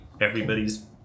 everybody's